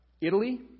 Italy